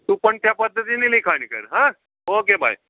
तू पण त्या पद्धतीने लिखाण कर हां ओके बाय